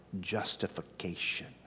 justification